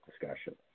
discussion